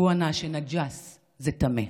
והוא ענה שנג'אס זה טמא,